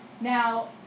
Now